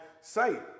site